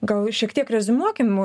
gal šiek tiek reziumuokim